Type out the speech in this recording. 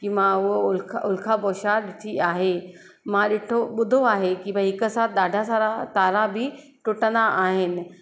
कि मां उहो उल्का उल्का पोइ छाज थी आहे मां ॾिठो ॿुधो आहे कि भाई हिकु साथ ॾाढा सारा तारा बि टुटंदा आहिनि